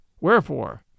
Wherefore